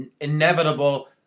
inevitable